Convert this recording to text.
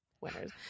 winners